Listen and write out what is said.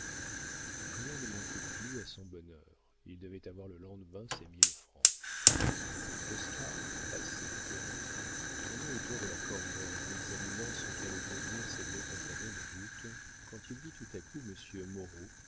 rien ne manquait plus à son bonheur il devait avoir le lendemain ses mille francs oscar assez penaud tournait autour de la corbeille en examinant ce qu'allaient devenir ses deux compagnons de route quand il vit tout à coup monsieur moreau